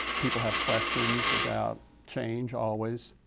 people have questions about change, always,